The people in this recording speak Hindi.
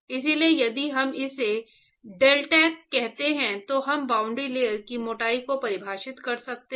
इसलिए यदि हम इसे deltac कहते हैं तो हम बाउंड्री लेयर की मोटाई को परिभाषित कर सकते हैं